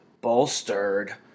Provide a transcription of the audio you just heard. bolstered